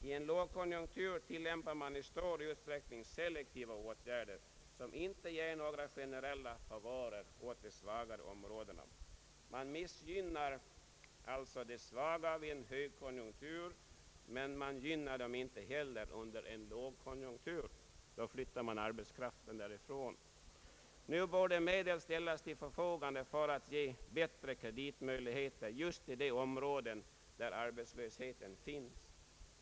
I en lågkonjunktur tillämpar man i stor utsträckning selektiva åtgärder, som inte ger några generella favörer åt de svagare områdena. Man missgynnar alltså de svaga vid en hög konjunktur, men man gynnar dem inte heller under en lågkonjunktur, då flyttar man arbetskraften därifrån. Nu borde medel ställas till förfogande för att ge bättre kreditmöjligheter just i de områden där arbetslöshet finns.